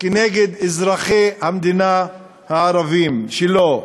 כנגד אזרחי המדינה הערבים שלו.